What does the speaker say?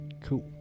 Cool